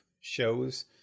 shows